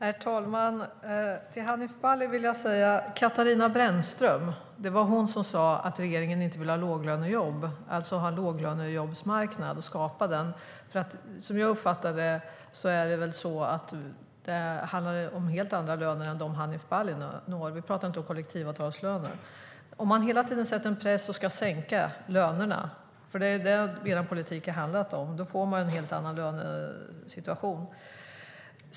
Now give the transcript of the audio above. Herr talman! Till Hanif Bali vill jag säga att det var Katarina Brännström som sa att regeringen inte vill ha låglönejobb, alltså skapa en låglönejobbsmarknad. Som jag uppfattade det handlar det om helt andra löner än de som Hanif Bali nämnde. Vi talar inte om kollektivavtalslöner. Om man hela tiden sätter press och ska sänka lönerna, för det är det som den borgerliga politiken har handlat om, får man en helt annan lönesituation.